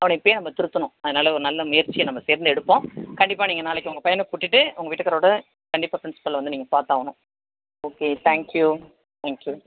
அவனை இப்பயே நம்ம திருத்தணும் அதனால் ஒரு நல்ல முயற்சியை நம்ம சேர்ந்து எடுப்போம் கண்டிப்பாக நீங்கள் நாளைக்கு உங்கள் பையனைக் கூட்டிட்டு உங்கள் வீட்டுக்காரோடு கண்டிப்பாக பிரின்ஸ்பலை வந்து நீங்கள் பார்த்தாகணும் ஓகே தேங்க்யூ தேங்க்யூ